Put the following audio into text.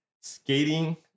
skating